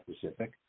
Pacific